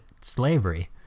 slavery